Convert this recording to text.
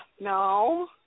No